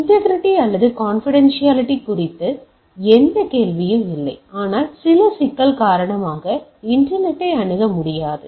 integrity அல்லது confidentiality குறித்து எந்த கேள்வியும் இல்லை ஆனால் சில சிக்கல் காரணமாக இன்டர்நெட்டை ஐ அணுக முடியாது